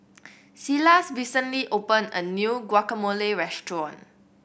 Silas recently opened a new Guacamole Restaurant